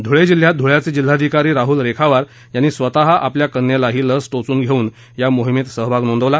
ध्रळे जिल्ह्यात धुळ्याचे जिल्हाधिकारी राहूल रेखावार स्वत आपल्या कन्येला ही लस टोचून घेऊन या मोहीमेत सहभाग नोंदवला